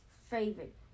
favorite